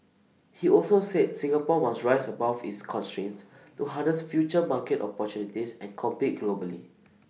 he also said Singapore must rise above its constraints to harness future market opportunities and compete globally